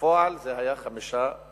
בפועל זה היה 5.1%;